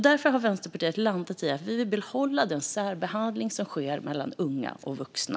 Därför har Vänsterpartiet landat i att vi vill behålla den särbehandling som i dag sker mellan unga och vuxna.